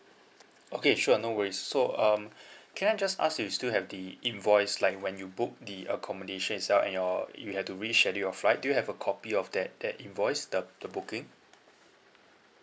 okay sure no worries so um can I just ask do you still have the invoice like when you booked the accommodation itself and your you had to reschedule your flight do you have a copy of that that invoice the the booking